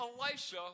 Elisha